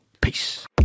Peace